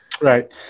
Right